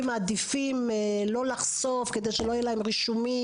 מעדיפים לא לחשוף כדי שלא יהיו להם רישומים,